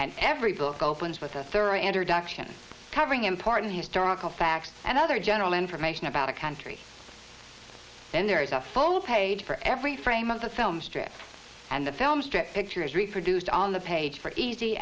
and every book opens with a thorough and reduction covering important historical facts and other general information about a country and there is a full page for every frame of the film strips and the filmstrip picture is reproduced on the page for easy